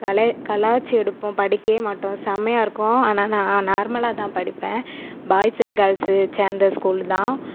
கல கலாய்ச்சி எடுப்போம் படிக்கவே மாட்டோம் செம்மையாக இருக்கும் ஆனால் நான் நார்மலாக தான் படிப்பேன் பாய்ஸ் அண்ட் கேர்ள்ஸ்ஸு சேர்ந்த ஸ்கூலு தான்